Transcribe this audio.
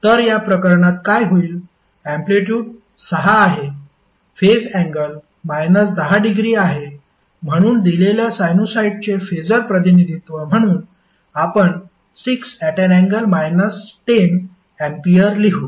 तर या प्रकरणात काय होईल अँप्लिटयूड 6 आहे फेज अँगल 10 डिग्री आहे म्हणून दिलेल्या साइनुसॉईडचे फेसर प्रतिनिधित्व म्हणून आपण 6∠ 10 अँपिअर लिहू